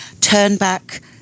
turn-back